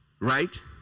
Right